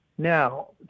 Now